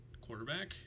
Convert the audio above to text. Quarterback